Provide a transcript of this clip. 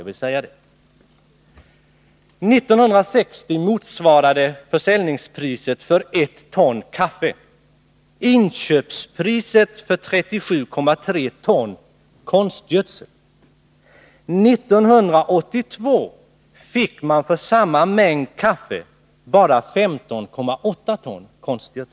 1960 motsvarade försäljningspriset för 1 ton kaffe inköpspriset för 37,3 ton konstgödsel. År 1982 fick man för samma mängd kaffe bara 15,8 ton konstgödsel.